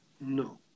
no